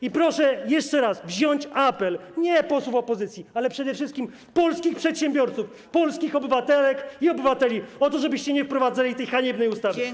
I proszę jeszcze raz, by wziąć pod uwagę apel - nie posłów opozycji, ale przede wszystkim polskich przedsiębiorców, polskich obywatelek i obywateli - o to, żebyście nie wprowadzali tej haniebnej ustawy.